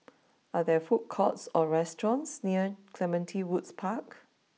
are there food courts or restaurants near Clementi Woods Park